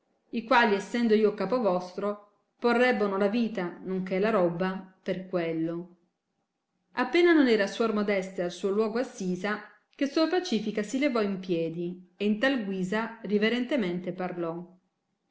i quali essendo io capo vostro porrebbono la vita non che la robba per quello appena non era suor modestia al suo luogo assisa che suor pacifica si levò in piedi ed in tal guisa riverentemente parlò